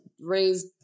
raised